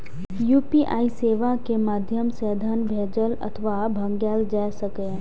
UPI सेवा के माध्यम सं धन भेजल अथवा मंगाएल जा सकैए